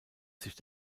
sich